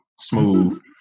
smooth